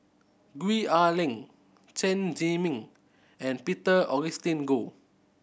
Gwee Ah Leng Chen Zhiming and Peter Augustine Goh